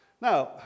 Now